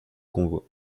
convoi